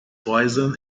poisson